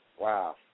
wow